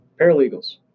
Paralegals